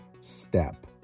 step